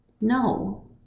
No